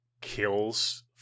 kills